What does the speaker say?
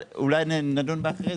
אבל אולי נדון בה אחרי זה.